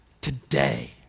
today